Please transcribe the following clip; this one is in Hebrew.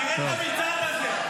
תראה את המצעד הזה.